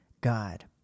God